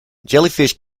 jellyfish